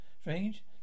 Strange